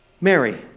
Mary